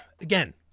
again